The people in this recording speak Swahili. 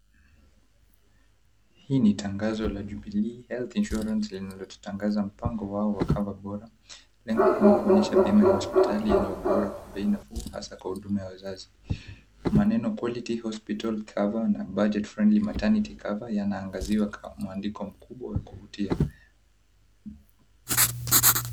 Hii ni tangazo la "Jubilee Health Insurance" linalotangaza mpango wao wa cover bora. Lengo kuu ni kuonyesha bima ya hospitali yenye ubora kwa bei nafuu, hasa kwa huduma ya wazazi. Maneno, "Quality Hospital Cover na Budget Friendly Maternity Cover", yanaangaziwa maandiko mkubwa wa kuvutia.